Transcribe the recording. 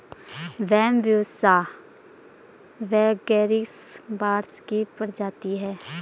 Bambusa vulgaris बाँस की प्रजाति है